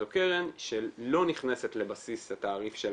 זו קרן שלא נכנסת לבסיס התעריף של